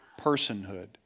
personhood